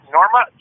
Norma